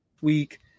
week